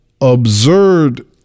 absurd